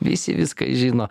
visi viską žino